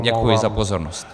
Děkuji za pozornost.